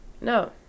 no